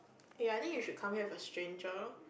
ya I think you should come here with a stranger